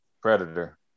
Predator